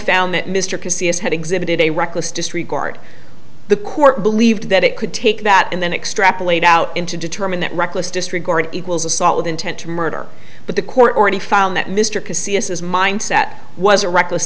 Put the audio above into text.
found that mr casey as had exhibited a reckless disregard the court believed that it could take that and then extrapolate out into determine that reckless disregard equals assault with intent to murder but the court already found that mr casea says mindset was a reckless